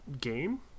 game